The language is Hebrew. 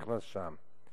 נכנס שם.